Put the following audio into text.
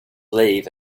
leave